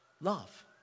love